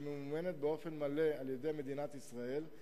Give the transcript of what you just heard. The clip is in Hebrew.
שממומנת באופן מלא על-ידי מדינת ישראל,